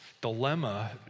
dilemma